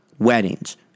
Weddings